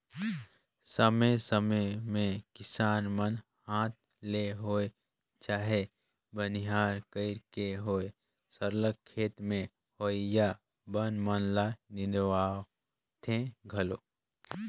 समे समे में किसान मन हांथ ले होए चहे बनिहार कइर के होए सरलग खेत में होवइया बन मन ल निंदवाथें घलो